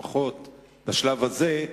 לפחות בשלב הזה,